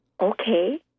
Okay